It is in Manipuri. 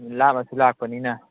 ꯂꯥꯞꯅꯁꯨ ꯂꯥꯛꯄꯅꯤꯅ